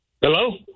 Hello